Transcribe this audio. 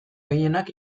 gehienak